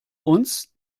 uns